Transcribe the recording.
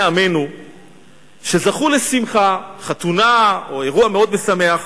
עמנו שזכו לשמחה" חתונה או אירוע מאוד משמח,